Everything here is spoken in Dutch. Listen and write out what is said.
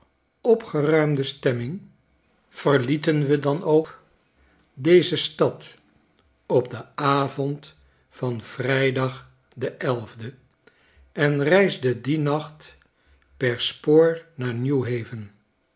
opgeruimde stemming verlieten we dan ook deze stad op den avond van vrijdag den llden en reisden dien nacht per spoor naar